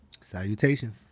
salutations